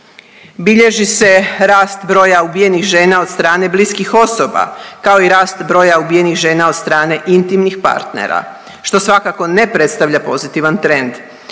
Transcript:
Bilježi se rast broja ubijenih žena od strane bliskih osoba, kao i rast broja ubijenih žena od strane intimnih partnera što svakako ne predstavlja pozitivan trend.